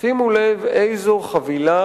שימו לב איזו חבילה